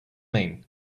mean